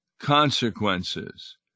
consequences